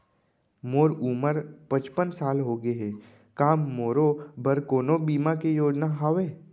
मोर उमर पचपन साल होगे हे, का मोरो बर कोनो बीमा के योजना हावे?